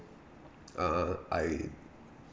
err I